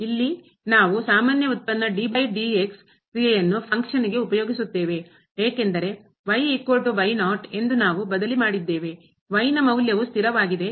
ಇಲ್ಲಿ ನಾವು ಸಾಮಾನ್ಯ ವ್ಯುತ್ಪನ್ನ ಕ್ರಿಯೆಯನ್ನು ಫಂಕ್ಷನ್ಗೆ ಕಾರ್ಯಕ್ಕೆ ಉಪಯೋಗಿಸುತ್ತೇವೆ ಏಕೆಂದರೆ ಎಂದು ನಾವು ಬದಲಿ ಮಾಡಿದ್ದೇವೆ ನ ಮೌಲ್ಯವು ಸ್ಥಿರವಾಗಿದೆ